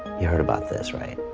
you heard about this right?